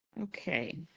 Okay